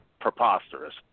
preposterous